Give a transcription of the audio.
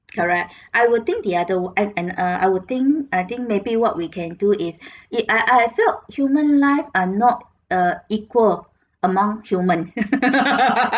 correct I would think the other and and uh I would think I think maybe what we can do is it I I felt human life are not uh equal among human